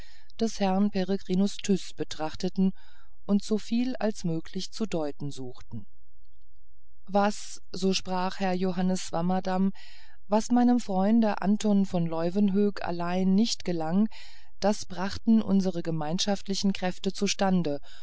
des herrn peregrinus tyß betrachteten und soviel als möglich zu deuten suchten was so sprach herr johannes swammerdamm was meinem freunde anton von leuwenhoek allein nicht gelang das brachten unsere gemeinschaftlichen kräfte zustande